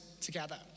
together